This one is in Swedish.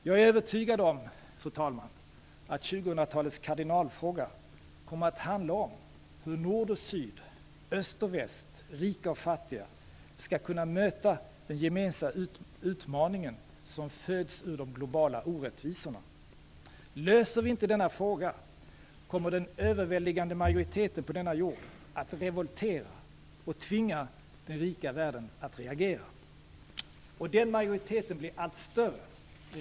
Jag är övertygad om, fru talman, att 2000-talets kardinalfråga kommer att handla om hur nord och syd, öst och väst, rika och fattiga, skall kunna möta den gemensamma utmaningen som föds ur de globala orättvisorna. Löser vi inte denna fråga, kommer den överväldigande majoriteten på denna jord att revoltera och tvinga den rika världen att reagera. Och den majoriteten blir allt större.